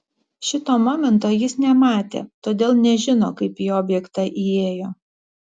šito momento jis nematė todėl nežino kaip į objektą įėjo